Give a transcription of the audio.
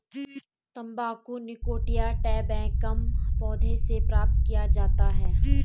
तंबाकू निकोटिया टैबेकम पौधे से प्राप्त किया जाता है